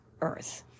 Earth